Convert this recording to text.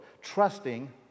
trusting